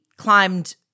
climbed